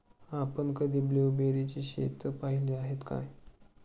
आपण कधी ब्लुबेरीची शेतं पाहीली आहेत काय?